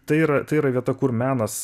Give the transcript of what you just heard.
tai yra tai yra vieta kur menas